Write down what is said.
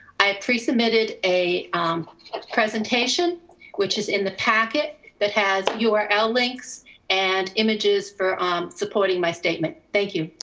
i have pre-submitted a presentation which is in the packet that has your ah l-links and images for um supporting my statement. thank you.